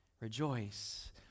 rejoice